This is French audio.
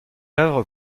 œuvre